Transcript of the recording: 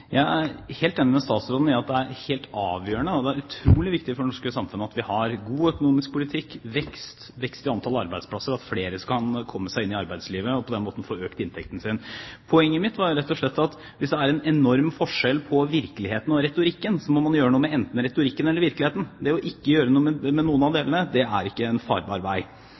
helt avgjørende og utrolig viktig for det norske samfunnet at vi har en god økonomisk politikk, vekst i antall arbeidsplasser, og at flere kan komme seg inn i arbeidslivet og på den måten få økt inntekten sin. Poenget mitt var rett og slett at hvis det er en enorm forskjell på virkeligheten og retorikken, må man gjøre noe enten med retorikken eller virkeligheten. Det er ikke en farbar vei ikke å gjøre noe med noen av delene. Jeg er også veldig glad for at vi ut i debatten fikk en